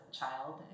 child